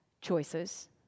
choices